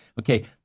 okay